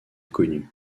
connus